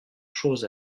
chose